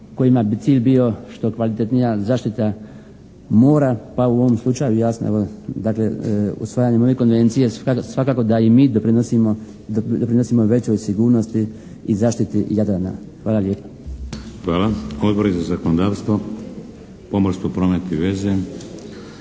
kojima bi cilj bio što kvalitetnija zaštita mora pa u ovom slučaju jasno, dakle usvajanjem ove konvencije svakako da i mi doprinosimo većoj sigurnosti i zaštiti Jadrana. Hvala lijepa. **Šeks, Vladimir (HDZ)** Hvala. Odbor za zakonodavstvo, pomorstvo, promet i veze,